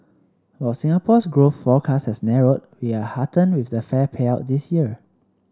while Singapore's growth forecast has narrowed we are heartened with the fair payout this year